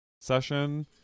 session